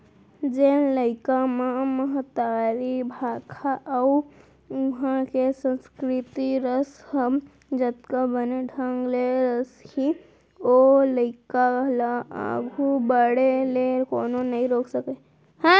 जेन लइका म महतारी भाखा अउ उहॉं के संस्कृति रस ह जतका बने ढंग ले रसही ओ लइका ल आघू बाढ़े ले कोनो नइ रोके सकयँ